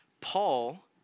Paul